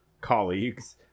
colleagues